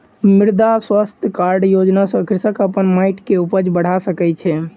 मृदा स्वास्थ्य कार्ड योजना सॅ कृषक अपन माइट के उपज बढ़ा सकै छै